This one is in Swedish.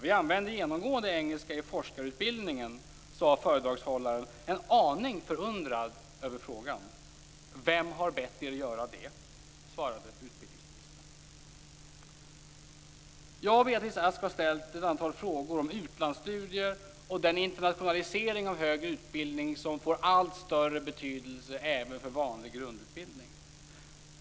Vi använder genomgående engelska i forskarutbildningen, sade föredragshållaren, en aning förundrad över frågan. - Vem har bett er göra det, ville utbildningsministern veta." Jag och Beatrice Ask har ställt ett antal frågor om utlandsstudier och den internationalisering av högre utbildning som får allt större betydelse även för vanlig grundutbildning.